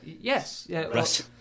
yes